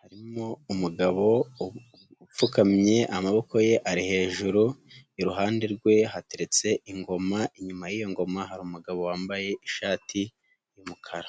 harimo umugabo upfukamye amaboko ye ari hejuru, iruhande rwe hateretse ingoma inyuma y'iyo ngoma hari umugabo wambaye ishati y'umukara.